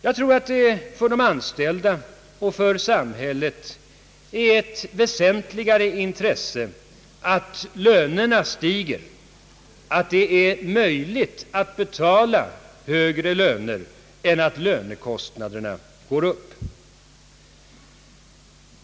Jag tror att det för de anställda och för samhället är ett väsentligare intresse att lönerna stiger, att det är möjligt att betala högre löner än att lönekostnaderna går upp.